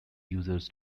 users